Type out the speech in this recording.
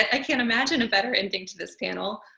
i can't imagine a better ending to this panel.